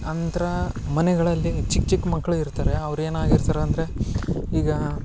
ಆನಂತರ ಮನೆಗಳಲ್ಲಿ ಚಿಕ್ಕ ಚಿಕ್ಕ ಮಕ್ಕಳು ಇರ್ತಾರೆ ಅವ್ರು ಏನಾಗಿರ್ತಾರೆ ಅಂದರೆ ಈಗ